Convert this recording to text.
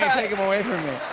take him away from me.